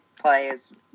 players